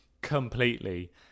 completely